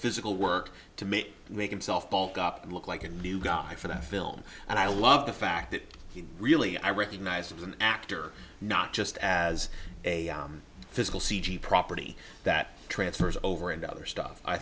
physical work to me and make himself bulk up and look like a new guy for that film and i love the fact that he really i recognized as an actor not just as a physical cd property that transfers over into other stuff i